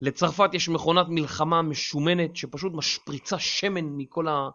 לצרפת יש מכונת מלחמה משומנת שפשוט משפריצה שמן מכל ה...